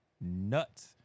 nuts